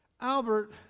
Albert